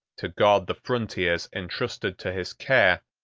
to guard the frontiers intrusted to his care,